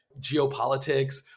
geopolitics